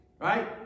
Right